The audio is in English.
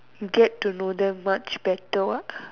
you get to know them much better